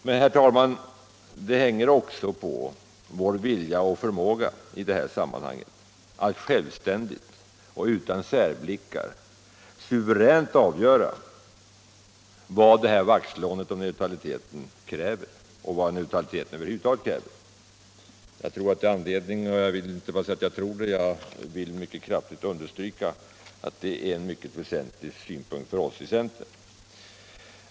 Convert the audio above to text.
Men det hänger också på vår vilja och förmåga att självständigt och utan sidoblickar suveränt avgöra vad detta vaktslående om neutraliteten ur försörjningsberedskapssynpunkt kräver och vad neutraliteten över huvud taget kräver. Jag vill mycket kraftigt understryka att detta är en mycket väsentlig synpunkt för oss i centern.